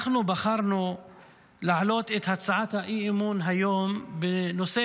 אנחנו בחרנו להעלות את הצעת האי-אמון היום בנושא